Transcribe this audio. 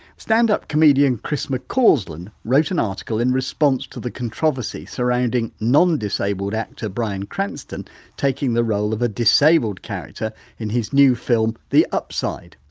stand-up comedian, chris mccausland, wrote an article in response to the controversy surrounding non-disabled actor bryan cranston taking the role of a disabled character in his new film the upside.